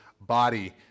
body